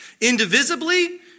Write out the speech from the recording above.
Indivisibly